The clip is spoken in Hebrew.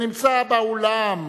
שנמצא באולם.